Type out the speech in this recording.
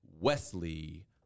wesley